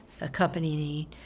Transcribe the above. accompanying